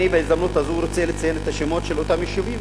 בהזדמנות הזאת אני רוצה לציין את השמות של אותם יישובים.